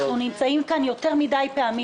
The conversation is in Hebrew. אנחנו נמצאים כאן יותר מידי פעמים,